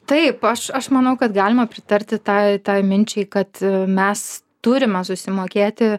taip aš aš manau kad galima pritarti tai tai minčiai kad mes turime susimokėti